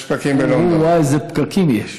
אוה, איזה פקקים יש.